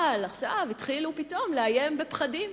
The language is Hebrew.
אבל עכשיו התחילו פתאום לאיים בפחדים.